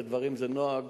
זה נוהג